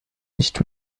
nicht